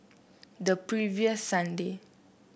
the previous Sunday